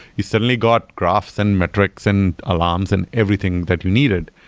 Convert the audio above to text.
you certainly got graphs and metrics and alarms and everything that you needed.